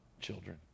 children